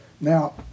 now